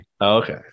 Okay